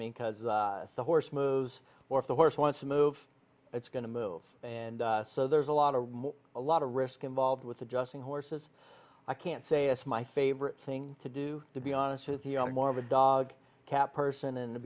mean because the horse moves or if the horse wants to move it's going to move and so there's a lot of a lot of risk involved with adjusting horses i can't say it's my favorite thing to do to be honest with you i'm more of a dog cat person in t